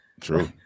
True